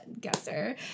guesser